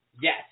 Yes